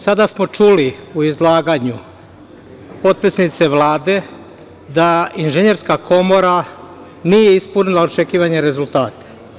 Sada smo čuli u izlaganju potpredsednice Vlade, da Inženjerska komora nije ispunila očekivane rezultate.